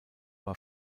war